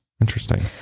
Interesting